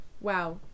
Wow